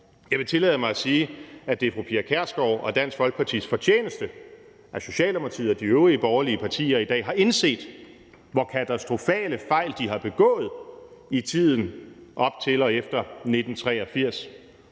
Jeg vil tillade mig at sige, at det er fru Pia Kjærsgaard og Dansk Folkepartis fortjeneste, at Socialdemokratiet og de øvrige borgerlige partier i dag har indset, hvor katastrofale fejl de har begået i tiden op til og efter 1983.